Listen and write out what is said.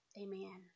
Amen